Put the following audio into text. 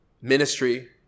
ministry